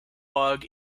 bug